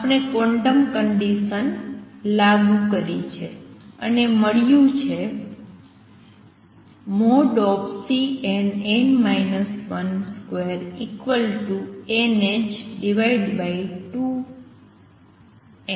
આપણે quantum conditions લાગુ કરી છે અને મળ્યું છે |Cnn 1 |2nh2m0